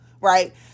Right